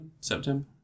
September